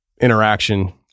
interaction